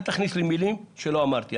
אל תכניס לי מילים שלא אמרתי.